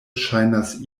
ŝajnas